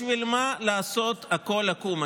בשביל מה לעשות הכול עקום?